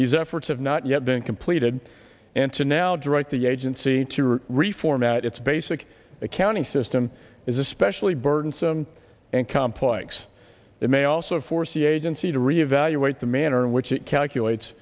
these efforts have not yet been completed and to now direct the agency to reformat its basic accounting system is especially burdensome and complex it may also foresee agency to re evaluate the manner in which it calculates